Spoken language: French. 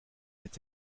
est